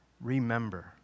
remember